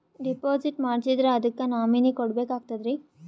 Deposit ಮಾಡ್ಸಿದ್ರ ಅದಕ್ಕ nominee ಕೊಡಬೇಕಾಗ್ತದ್ರಿ?